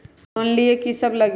Loan लिए की सब लगी?